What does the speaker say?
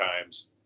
times